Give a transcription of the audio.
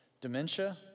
dementia